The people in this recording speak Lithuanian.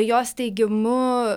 jos teigimu